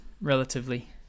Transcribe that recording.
relatively